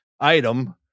item